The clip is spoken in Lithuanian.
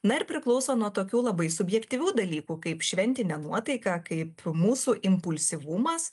na ir priklauso nuo tokių labai subjektyvių dalykų kaip šventinė nuotaika kaip mūsų impulsyvumas